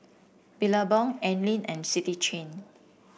Billabong Anlene and City Chain